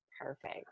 Perfect